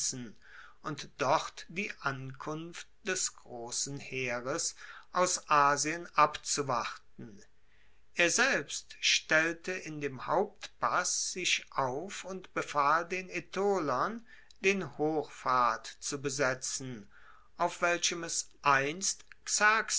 und dort die ankunft des grossen heeres aus asien abzuwarten er selbst stellte in dem hauptpass sich auf und befahl den aetolern den hochpfad zu besetzen auf welchem es einst